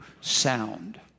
sound